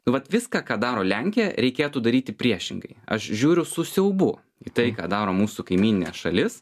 nu vat viską ką daro lenkija reikėtų daryti priešingai aš žiūriu su siaubu į tai ką daro mūsų kaimyninė šalis